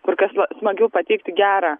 kur kas na smagiau pateikti gerą